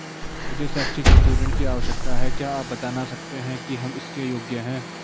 मुझे शैक्षिक हेतु ऋण की आवश्यकता है क्या आप बताना सकते हैं कि हम इसके योग्य हैं?